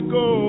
go